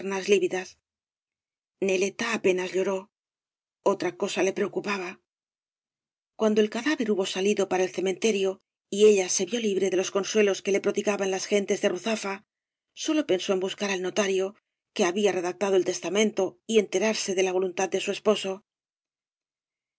lívidas neleta apenas lloró otra cosa la preocupaba cuando el cadáver hubo salido para el cementerio y ella se vio libre de los consuelos que le prodigaban las gentes de ruzafa sólo pensó en buscar al notario que había redactado el testamento y enterarse de la voluntad de su esposo